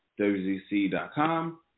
WZC.com